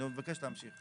אני מבקש להמשיך.